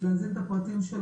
המפגשים האלה לא קורים אתכם,